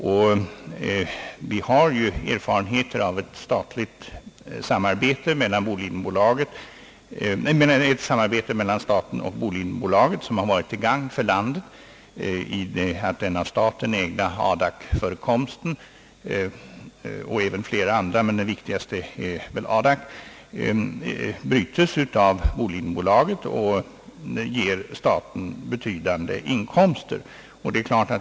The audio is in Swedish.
Vi har tidigare erfarenheter av ett samarbete mellan staten och Bolidenbolaget, vilket har varit till gagn för landet, i så måtto att den av staten ägda Adak-förekomsten — det finns även andra, men detta är väl den viktigaste — brytes av Bolidenbolaget och ger staten betydande inkomster.